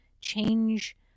change